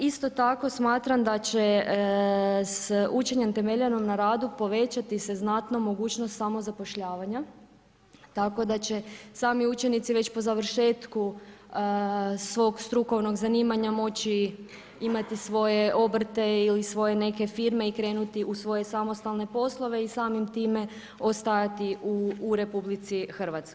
Isto tako smatram da će se učene temeljeno na radu povećati znatna mogućnost samozapošljavanja tako da će sami učenici već po završetku svog strukovnog zanimanja moći imati svoje obrte ili svoje neke firme i krenuti u svoje samostalne poslove i samim time ostajati u RH.